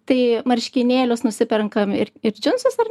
tai marškinėlius nusiperkam ir ir džinsus ar